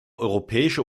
europäische